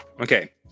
Okay